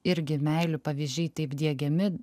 irgi meilių pavyzdžiai taip diegiami